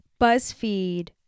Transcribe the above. BuzzFeed